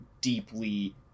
deeply